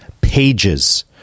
pages